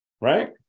Right